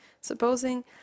supposing